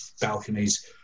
balconies